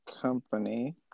company